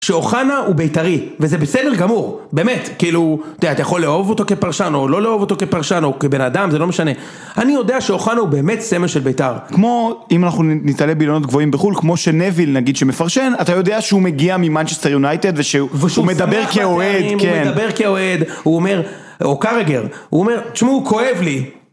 שאוחנה הוא בית"רי, וזה בסדר גמור, באמת, כאילו, אתה יודע, אתה יכול לאהוב אותו כפרשן, או לא לאהוב אותו כפרשן, או כבן אדם, זה לא משנה. אני יודע שאוחנה הוא באמת סמל של בית"ר. כמו, אם אנחנו ניתלה באילנות גבוהים בחו"ל, כמו שנוויל נגיד שמפרשן, אתה יודע שהוא מגיע ממנצ'סטר יונייטד, ושהוא מדבר כאוהד, כן. -הוא מדבר כאוהד, הוא אומר, או גאלגר, הוא אומר, תשמעו, כואב לי.